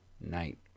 night